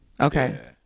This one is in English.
Okay